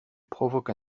provoque